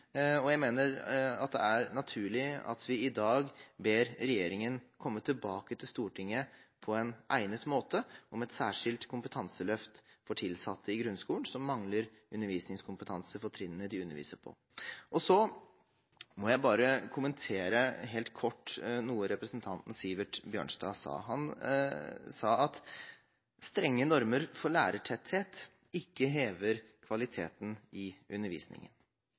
og jeg mener at det er naturlig at vi i dag ber regjeringen komme tilbake til Stortinget på en egnet måte om et særskilt kompetanseløft for tilsatte i grunnskolen som mangler undervisningskompetanse for trinnene de underviser på. Så må jeg bare kommentere helt kort noe representanten Sivert Bjørnstad sa. Han sa at strenge normer for lærertetthet ikke hever kvaliteten i undervisningen.